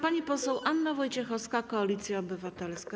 Pani poseł Anna Wojciechowska, Koalicja Obywatelska.